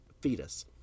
fetus